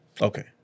Okay